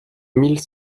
mille